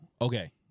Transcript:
okay